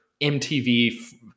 MTV